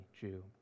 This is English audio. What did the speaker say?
Jew